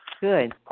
Good